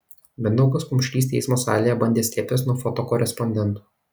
mindaugas kumšlys teismo salėje bandė slėptis nuo fotokorespondentų